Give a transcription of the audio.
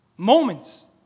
Moments